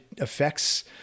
affects